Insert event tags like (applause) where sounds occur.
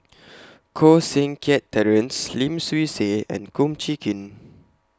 (noise) Koh Seng Kiat Terence Lim Swee Say and Kum Chee Kin